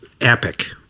epic